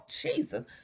Jesus